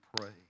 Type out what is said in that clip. pray